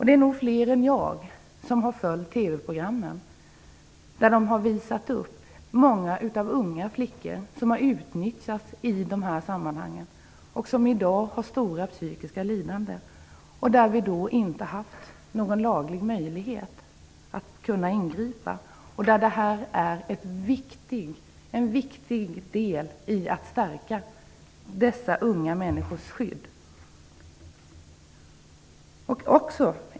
Det är nog fler än jag som har följt TV programmen, där det har visats upp många unga flickor som har utnyttjats i dessa sammanhang och som i dag har stora psykiska lidanden. Mot detta har vi inte haft någon laglig möjlighet att ingripa. En viktig del är att stärka dessa unga människors skydd.